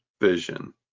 vision